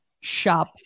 shop